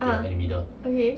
uh okay